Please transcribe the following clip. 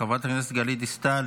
חברת הכנסת גלית דיסטל,